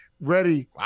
Ready